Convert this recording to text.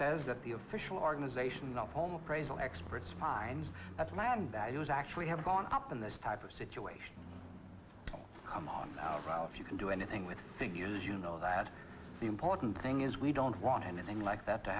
says that the official organization the home appraisal expert spines that land values actually have gone up in this type of situation i'm on if you can do anything with figures you know that the important thing is we don't want anything like that to